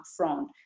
upfront